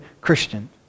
Christian